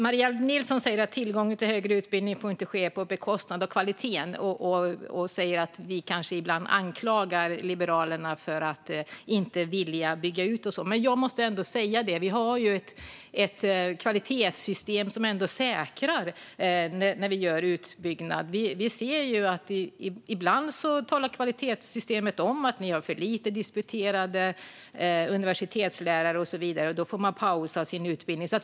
Maria Nilsson sa, när det gäller tillgången till högre utbildning, att det inte får ske på bekostnad av kvaliteten och att vi kanske ibland anklagar Liberalerna för att inte vilja bygga ut. Men vi har ett kvalitetssystem som säkrar detta när vi gör en utbyggnad. Ibland säger kvalitetssystemet: Ni har för få disputerade universitetslärare och så vidare. Då får man pausa sin utbildning.